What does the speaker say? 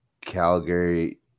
Calgary